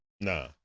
Nah